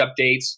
updates